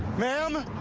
ma'am?